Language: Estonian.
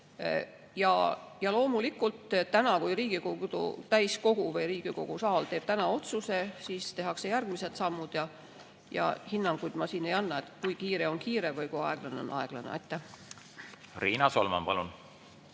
Ja loomulikult, kui Riigikogu täiskogu teeb täna otsuse, siis tehakse järgmised sammud. Hinnanguid ma siin ei anna, kui kiire on kiire või kui aeglane on aeglane. Riina Solman, palun!